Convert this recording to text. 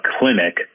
clinic